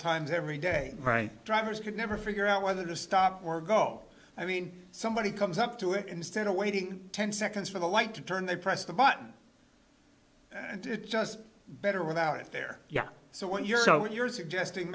times every day right drivers could never figure out whether to stop or go i mean somebody comes up to it instead of waiting ten seconds for the light to turn they press the button and it just better without it there yeah so what you're what you're suggesting